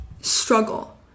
struggle